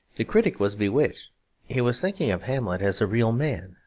the critic was bewitched he was thinking of hamlet as a real man,